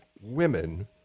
women